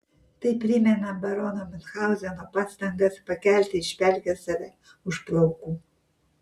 tai primena barono miunchauzeno pastangas pakelti iš pelkės save už plaukų